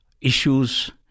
issues